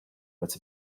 but